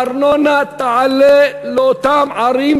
הארנונה תעלה לאותן ערים,